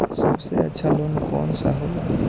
सबसे अच्छा लोन कौन सा होला?